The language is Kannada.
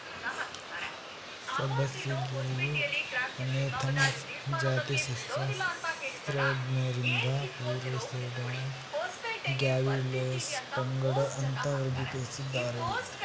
ಸಬ್ಬಸಿಗೆಯು ಅನೇಥಮ್ನ ಜಾತಿ ಸಸ್ಯಶಾಸ್ತ್ರಜ್ಞರಿಂದ ಪ್ಯೂಸೇಡ್ಯಾನಮ್ ಗ್ರ್ಯಾವಿಯೋಲೆನ್ಸ್ ಪಂಗಡ ಅಂತ ವರ್ಗೀಕರಿಸಿದ್ದಾರೆ